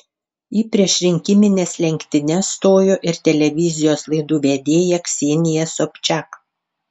į priešrinkimines lenktynes stojo ir televizijos laidų vedėja ksenija sobčiak